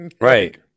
Right